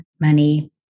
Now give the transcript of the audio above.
money